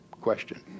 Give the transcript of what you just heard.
question